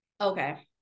Okay